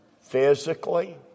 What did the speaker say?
physically